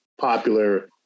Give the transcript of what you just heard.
popular